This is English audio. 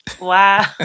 Wow